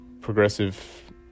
progressive